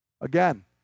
Again